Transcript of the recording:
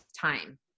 time